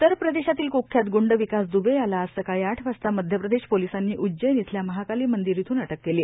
उत्तर प्रदेशातील कुख्यात गुंड विकास दुबे याला आज सकाळी आठ वाजता मध्यप्रदेश पोलिसांनी उज्जैन इथल्या महाकाल मंदिर इथून अटक केली